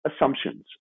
assumptions